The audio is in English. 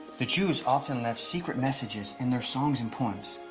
the jews often left secret messages in their songs and poems.